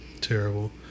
terrible